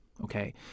okay